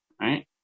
right